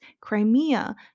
Crimea